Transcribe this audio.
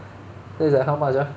that's like how much ah